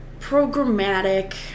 programmatic